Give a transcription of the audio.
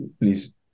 Please